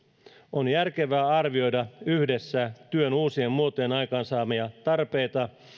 on järkevää arvioida yhdessä työn uusien muotojen aikaansaamia tarpeita